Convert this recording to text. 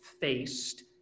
faced